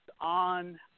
on